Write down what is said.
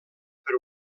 per